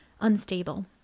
unstable